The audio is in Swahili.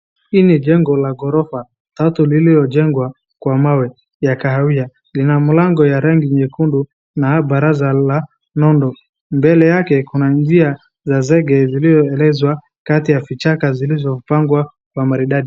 hii ni jengo la ghorofa tatu liliojengwa kwa mawe ya kahawia. Lina mlango ya rangi nyekundu na baraza la nundu, mbele yake kuna njia za zege zilizoelezwa kati ya vichaka zilizopangwa kwa maridadi.